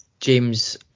James